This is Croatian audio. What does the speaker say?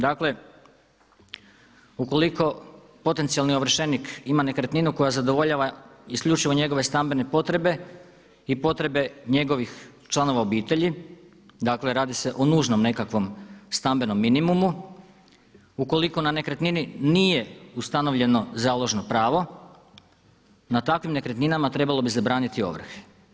Dakle, ukoliko potencijalni ovršenik ima nekretninu koja zadovoljava isključivo njegove stambene potrebe i potrebe njegovih članova obitelji, dakle radi se o nužnom nekakvom stambenom minimumu, ukoliko na nekretnini nije ustanovljeno založno pravo na takvim nekretninama trebalo bi zabraniti ovrhe.